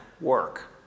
work